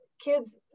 kids